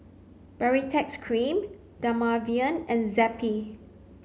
Baritex Cream Dermaveen and Zappy